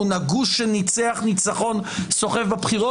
הגוש שניצח ניצחון סוחף בבחירות.